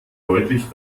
deutlich